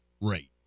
rate